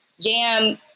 Jam